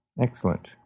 Excellent